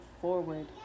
forward